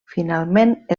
finalment